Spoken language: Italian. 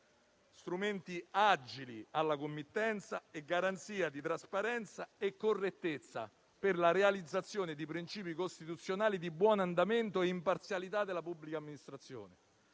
strumenti agili alla committenza e garanzia di trasparenza e correttezza per la realizzazione di principi costituzionali di buon andamento e imparzialità della pubblica amministrazione.